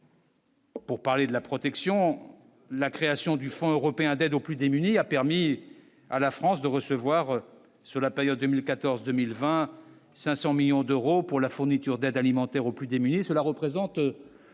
Pour parler de la protection, la création du Fonds européen d'aide aux plus démunis a permis à la France de recevoir sur la période 2014, 2020, 500 millions d'euros pour la fourniture d'aide alimentaire aux plus démunis, cela représente